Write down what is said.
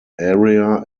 area